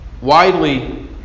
widely